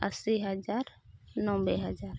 ᱟᱥᱤ ᱦᱟᱡᱟᱨ ᱱᱚᱵᱽᱵᱚᱭ ᱦᱟᱡᱟᱨ